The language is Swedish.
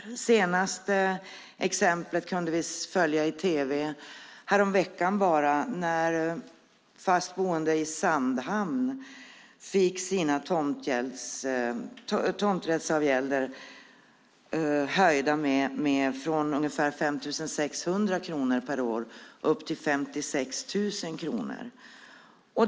Det senaste exemplet kunde vi följa i tv häromveckan när fastboende i Sandhamn fick sina tomträttsavgälder höjda från ungefär 5 600 kronor per år till 56 000 kronor per år.